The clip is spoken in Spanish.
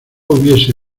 hubiese